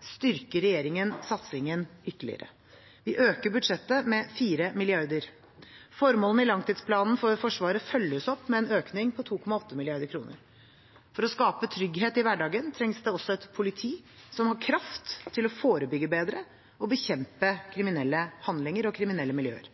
styrker regjeringen satsingen ytterligere. Vi øker budsjettet med 4 mrd. kr. Formålene i langtidsplanen for Forsvaret følges opp med en økning på 2,8 mrd. kr. For å skape trygghet i hverdagen trengs det også et politi som har kraft til å forebygge bedre og bekjempe kriminelle handlinger og kriminelle miljøer.